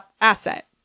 asset